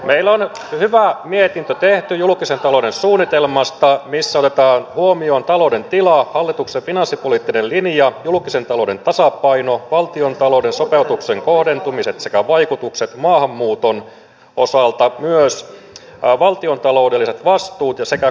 meillä on hyvä mietintö tehty julkisen talouden suunnitelmasta missä otetaan huomioon talouden tila hallituksen finanssipoliittinen linja julkisen talouden tasapaino valtiontalouden sopeutuksen kohdentumiset sekä vaikutukset maahanmuuton osalta myös valtiontaloudelliset vastuut sekä kuntatalous